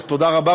אז תודה רבה,